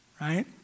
right